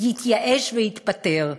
יתייאש ויתפטר.